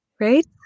right